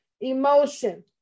emotion